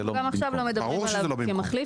אנחנו גם עכשיו לא מדברים עליו כמחליף.